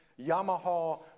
Yamaha